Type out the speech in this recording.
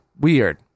weird